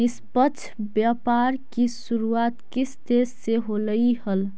निष्पक्ष व्यापार की शुरुआत किस देश से होलई हल